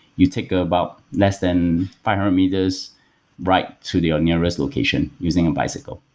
you take ah about less than five hundred meters right to their nearest location using a bicycle.